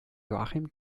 joachim